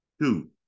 two